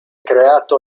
creato